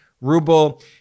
ruble